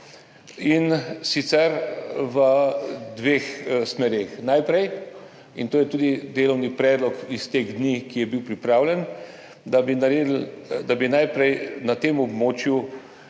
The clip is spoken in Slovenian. in sicer v dveh smereh, to je tudi delovni predlog iz teh dni, ki je bil pripravljen. Najprej bi na tem območju